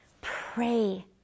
Pray